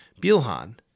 Bilhan